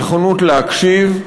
נכונות להקשיב.